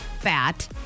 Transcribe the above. fat